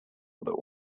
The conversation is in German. oder